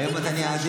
אתם מונעים